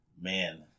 Man